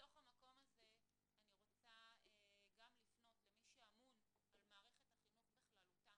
בתוך המקום הזה אני רוצה לפנות למי שאמון על מערכת החינוך בכללותה: